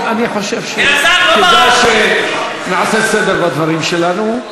אני חושב שכדאי שנעשה סדר בדברים שלנו.